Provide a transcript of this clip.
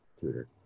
tutor